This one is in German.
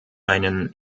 einen